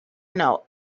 know